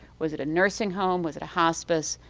was it a nursing home? was it a hospice?